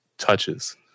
touches